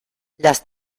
las